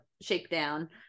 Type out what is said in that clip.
shakedown